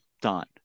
done